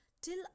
till